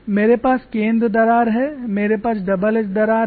मेरे पास केंद्र दरार है मेरे पास डबल एज दरार है